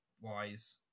wise